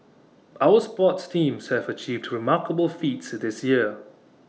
our sports teams have achieved remarkable feats this year